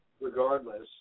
regardless